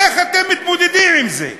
איך אתם מתמודדים עם זה?